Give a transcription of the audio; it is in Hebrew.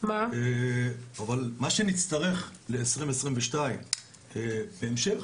אבל מה שנצטרך ב-2022 בהמשך,